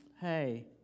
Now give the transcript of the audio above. hey